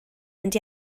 mynd